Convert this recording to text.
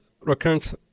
recurrent